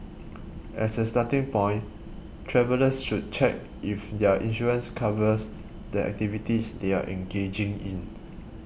as a starting point travellers should check if their insurance covers the activities they are engaging in